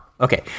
Okay